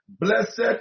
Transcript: Blessed